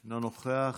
אינו נוכח.